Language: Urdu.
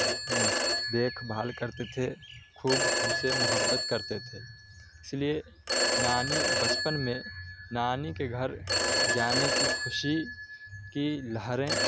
دیکھ بھال کرتے تھے خوب ہم سے محبت کرتے تھے اس لیے نانی بچپن میں نانی کے گھر جانے کی خوشی کی لہریں